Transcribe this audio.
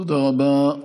תודה רבה.